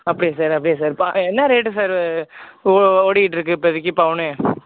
அப்படியா சார் அப்படியா சார் பா என்னா ரேட்டு சார் ஓ ஓடியிட்டுருக்கு இப்போதிக்கு பவுன்